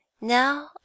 Now